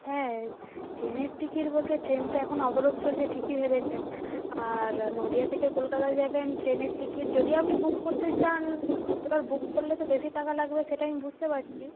হ্যাঁ ট্রেনের টিকিট বলতে ট্রেন তো এখন অবরোধ চলছে ঠিকই ভেবেছেন আর নদিয়া থেকে কলকাতা যাবেন ট্রেনের টিকিট যদি আপনি বুক করতে চান বুক করলে তো বেশি টাকা লাগবে সেটা আমি বুঝতে পারছি